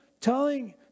Telling